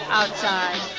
outside